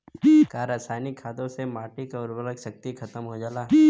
का रसायनिक खादों से माटी क उर्वरा शक्ति खतम हो जाला?